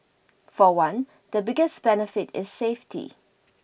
for one the biggest benefit is safety